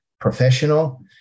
professional